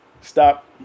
stop